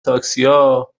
تاکسیا